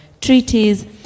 treaties